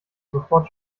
sofort